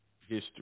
history